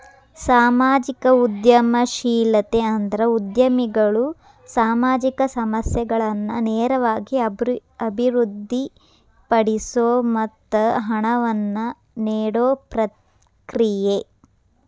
ಸಾಮಾಜಿಕ ಉದ್ಯಮಶೇಲತೆ ಅಂದ್ರ ಉದ್ಯಮಿಗಳು ಸಾಮಾಜಿಕ ಸಮಸ್ಯೆಗಳನ್ನ ನೇರವಾಗಿ ಅಭಿವೃದ್ಧಿಪಡಿಸೊ ಮತ್ತ ಹಣವನ್ನ ನೇಡೊ ಪ್ರಕ್ರಿಯೆ